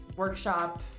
workshop